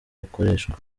bukoreshwa